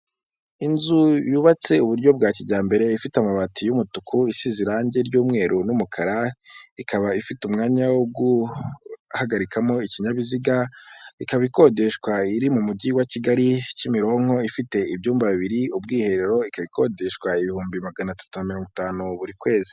Inzu yubatse i buryo bwa kijyambere, ifite amabati y'umutuku, isize irangi ry'umweru n'umukara, ikaba ifite umwanya wo guharikamo ikinyabiziga, ikaba ikodeshwa iri mu mujyi wa Kigali, kimironko, ifite ibyumba bibiri, ubwiherero, ikaba ikodeshwa ibihumbi magana atatu mirongo itanu buri kwezi.